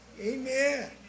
Amen